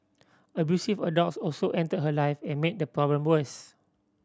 abusive adults also entered her life and made the problem worse